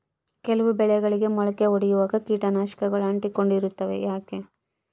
ಕೆಲವು ಬೆಳೆಗಳಿಗೆ ಮೊಳಕೆ ಒಡಿಯುವಾಗ ಕೇಟನಾಶಕಗಳು ಅಂಟಿಕೊಂಡು ಇರ್ತವ ಯಾಕೆ?